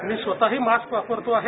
मी स्वतःही मास्क वापरतो आहे